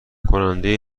کننده